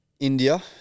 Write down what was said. India